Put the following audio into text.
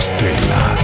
Stella